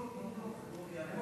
חוק ארגון